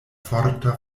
forta